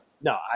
No